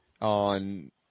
on